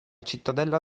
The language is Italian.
cittadella